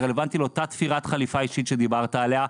זה רלוונטי לאותה תפירת חליפה אישית שדיברת עליה.